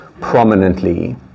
prominently